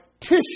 tissue